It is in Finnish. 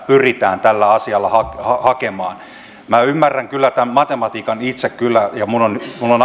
pyritään hakemaan minä ymmärrän kyllä tämän matematiikan itse ja minun on